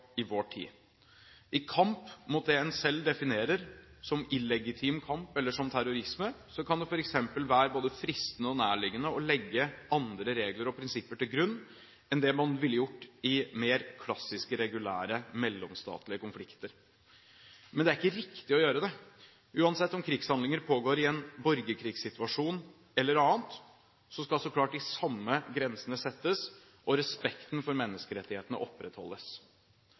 i vår tid. I kamp mot det en selv definerer som illegitim kamp eller som terrorisme, kan det f.eks. være både fristende og nærliggende å legge andre regler og prinsipper til grunn enn det man ville gjort i mer klassiske, regulære, mellomstatlige konflikter. Men det er ikke riktig å gjøre det. Uansett om krigshandlinger pågår i en borgerkrigssituasjon eller annet, skal så klart de samme grensene settes og respekten for menneskerettighetene opprettholdes.